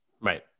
Right